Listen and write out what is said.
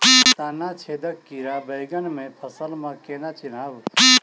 तना छेदक कीड़ा बैंगन केँ फसल म केना चिनहब?